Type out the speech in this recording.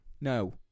No